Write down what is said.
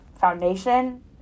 foundation